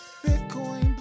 Bitcoin